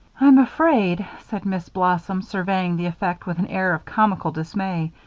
i'm afraid, said miss blossom, surveying the effect with an air of comical dismay,